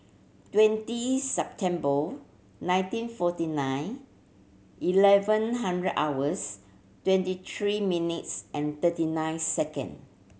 twenty September nineteen forty nine eleven hundred hours twenty three minutes and thirty nine second